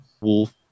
Wolf